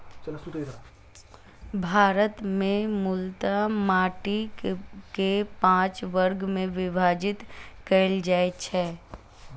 भारत मे मूलतः माटि कें पांच वर्ग मे विभाजित कैल जाइ छै